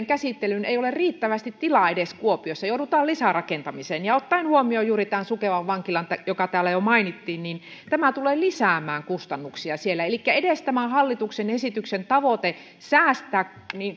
käsittelyyn ei ole edes riittävästi tilaa kuopiossa joudutaan lisärakentamiseen ja ottaen huomioon juuri tämän sukevan vankilan joka täällä jo mainittiin tämä tulee lisäämään kustannuksia siellä elikkä edes tämä hallituksen esityksen tavoite säästää